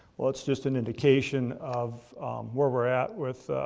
well, it's just an indication of where we're at with